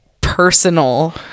personal